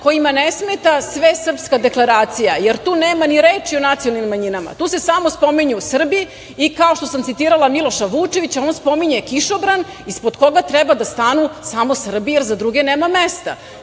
kojima ne smeta Svesrpska deklaracija, jer tu nema ni reči o nacionalnim manjinama. Tu se spominju samo Srbi i, kao što sam citirala Miloša Vučevića, on spominje kišobran ispod koga treba da stanu samo Srbi, jer za druge nema mesta,